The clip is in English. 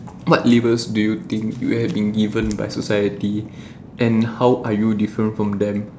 what labels do you think you have been given by society and how are you different from them